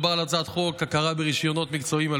מדובר על הצעת חוק הכרה ברישיונות מקצועיים על